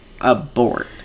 abort